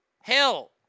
Hell